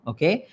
Okay